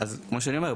אז כמו שאני אומר,